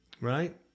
Right